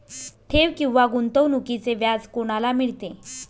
ठेव किंवा गुंतवणूकीचे व्याज कोणाला मिळते?